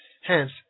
Hence